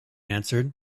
answered